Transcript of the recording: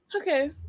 Okay